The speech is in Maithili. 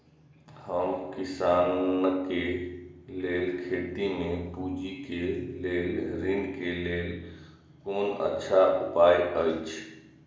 हम किसानके लेल खेती में पुंजी के लेल ऋण के लेल कोन अच्छा उपाय अछि?